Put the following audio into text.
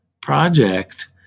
project